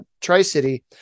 Tri-City